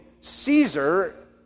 Caesar